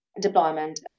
deployment